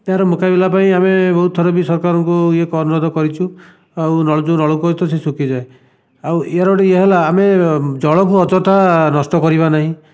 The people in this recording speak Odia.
ଏହାର ମୁକାବିଲା ପାଇଁ ଆମେ ବହୁତ ଥର ବି ସରକାରଙ୍କୁ ଇଏ କର୍ଣ୍ଣଦ କରିଛୁ ଆଉ ନଳ ଯେଉଁ ନଳକୂଅ ଅଛି ସେ ତ ଶୁଖିଯାଏ ଆଉ ଏହାର ଗୋଟିଏ ୟେ ହେଲା ଆମେ ଜଳକୁ ଅଯଥା ନଷ୍ଟ କରିବା ନାହିଁ